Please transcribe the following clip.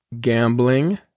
gambling